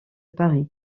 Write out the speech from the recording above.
paris